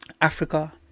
Africa